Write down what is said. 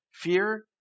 fear